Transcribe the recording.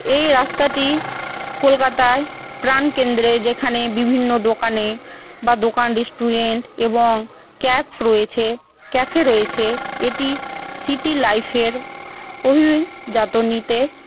এই রাস্তাটি কলকাতায় প্রাণকেন্দ্রে যেখানে বিভিন্ন দোকানে বা দোকান রেস্টুরেন্ট এবং ক্যাপ রয়েছে ক্যাফে রয়েছে এটি সিটি লাইফের অভিযাত নিতে